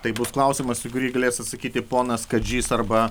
tai bus klausimas į kurį galės atsakyti ponas kadžys arba